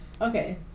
Okay